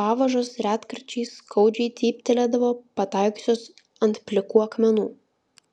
pavažos retkarčiais skaudžiai cyptelėdavo pataikiusios ant plikų akmenų